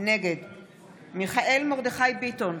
נגד מיכאל מרדכי ביטון,